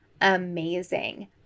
amazing